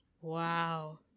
Wow